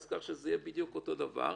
כך שזה יהיה בדיוק אותו דבר,